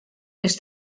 les